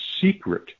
secret